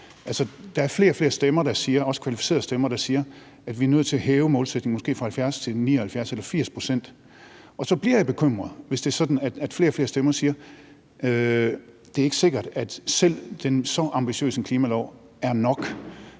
Der er flere og flere stemmer, også kvalificerede stemmer, der siger, at vi er nødt til at hæve målsætningen, måske fra 70 pct. til 79 pct. eller 80 pct. Og så bliver jeg altså bekymret, hvis det er sådan, at flere og flere stemmer siger: Det er ikke sikkert, at selv den så ambitiøse klimalov er nok.